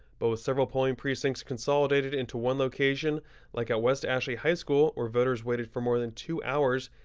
but with several polling precincts consolidated into one location like a west ashley high school or voters waiting for more than two hours.